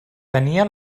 tenia